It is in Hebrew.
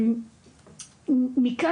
מכאן,